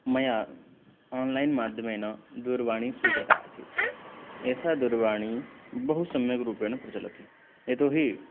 मया आन्लैन्माध्यमेन दूरवाणी स्वीकृतासीत् एषा दूरवाणी बहुसम्यक् रूपेण प्रचलति यतोहि